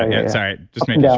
ah yeah. sorry, just making yeah